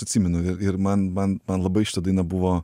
atsimenu ir man man man labai šita daina buvo